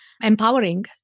empowering